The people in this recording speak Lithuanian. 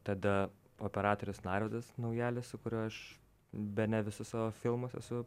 tada operatorius narvydas naujalis su kuriuo aš bene visus savo filmus esu